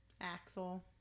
Axel